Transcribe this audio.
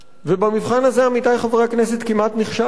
ובמבחן הזה, עמיתי חברי הכנסת, כמעט נכשלנו.